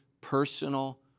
personal